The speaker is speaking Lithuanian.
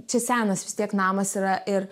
čia senas vis tiek namas yra ir